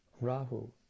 Rahu